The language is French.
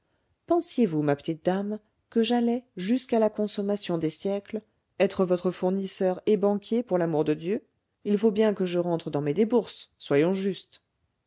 pensiez-vous ma petite dame que j'allais jusqu'à la consommation des siècles être votre fournisseur et banquier pour l'amour de dieu il faut bien que je rentre dans mes déboursés soyons justes